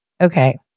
okay